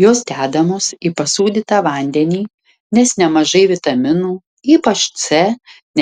jos dedamos į pasūdytą vandenį nes nemažai vitaminų ypač c